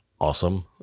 Awesome